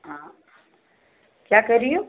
हाँ क्या कह रही हो